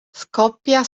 scoppia